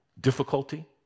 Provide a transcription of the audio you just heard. Difficulty